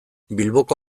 bilboko